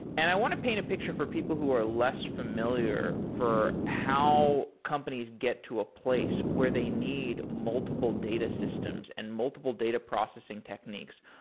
and i want to paint a picture for people who are less familiar for how companies get to a place where they need multiple data systems and multiple data processing techniques.